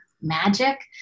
magic